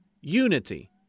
unity